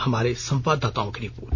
हमारे संवाददाताओं की रिपोर्ट